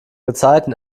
gezeiten